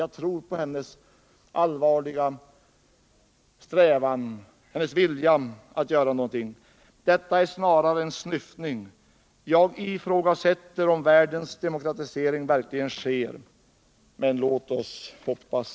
Jag tror på hennes allvarliga strävan, hennes vilja att göra någonting. Detta är snarare en snyftning. Jag ifrågasätter om världen verkligen demokratiseras, men låt oss hoppas.